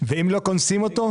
ואם לא, קונסים אותו?